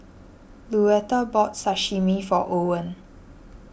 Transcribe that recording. Luetta bought Sashimi for Owen